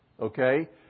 Okay